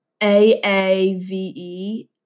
AAVE